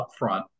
upfront